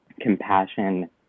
compassion